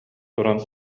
туран